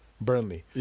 Burnley